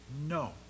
No